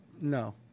No